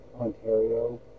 ontario